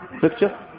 picture